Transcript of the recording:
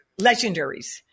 legendaries